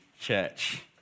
church